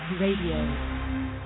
Radio